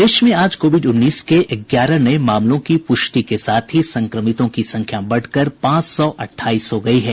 प्रदेश में आज कोविड उन्नीस के ग्यारह नये मामलों की प्रष्टि के साथ ही संक्रमितों की संख्या बढ़कर पांच सौ अट्ठाईस हो गयी है